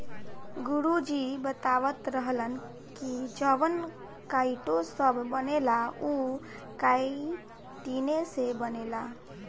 गुरु जी बतावत रहलन की जवन काइटो सभ बनेला उ काइतीने से बनेला